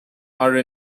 are